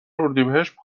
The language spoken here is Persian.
اردیبهشت